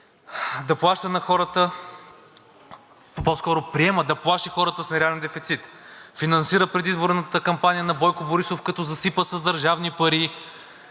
на Закона за бюджета, приема да плаши хората с нереален дефицит, финансира предизборната кампания на Бойко Борисов, като засипа с държавни пари